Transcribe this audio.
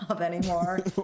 anymore